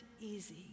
easy